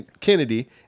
Kennedy